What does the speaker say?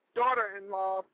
daughter-in-law